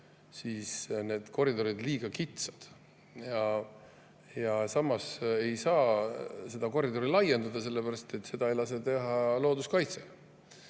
siis see koridor on liiga kitsas. Samas ei saa seda koridori laiendada, sellepärast et seda ei lase teha looduskaitse.